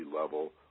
level